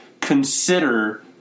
consider